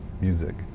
music